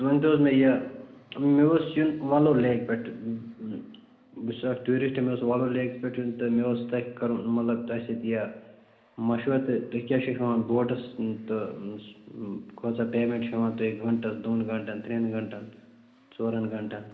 ؤنۍ تَو حظ مےٚ یہِ مےٚ اوس یُن وۅلُر لیک پٮ۪ٹھٕ بہٕ چھُس اَکھ ٹیٛوٗرِسٹہٕ مےٚ اوس وۅلُر لیکَس پٮ۪ٹھ یُن تہٕ مےٚ اوس تَتہِ کَرُن مطلب تۄہہِ سۭتۍ یہِ مَشوَرٕ تہٕ تُہۍ کیٛاہ چھُو ہٮ۪وان بوٹَس تہٕ کۭژاہ پیمٮ۪نٛٹ چھُو ہٮ۪وان تُہۍ گھنٛٹَن دۄن گھنٛٹَن ترٛیٚن گھنٛٹَن ژورَن گھنٛٹَن